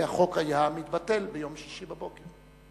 החוק היה מתבטל ביום שישי בבוקר.